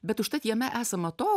bet užtat jame esama to